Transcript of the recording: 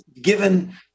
given